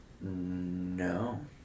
No